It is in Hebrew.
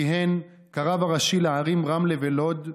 כיהן כרב הראשי לערים רמלה ולוד.